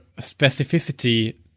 specificity